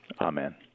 Amen